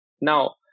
Now